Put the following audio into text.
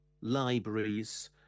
libraries